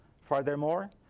Furthermore